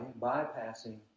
bypassing